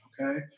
okay